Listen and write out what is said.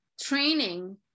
training